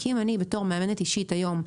כי אם אני בתור מאמנת אישית היום,